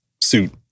suit